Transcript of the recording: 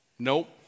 Nope